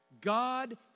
God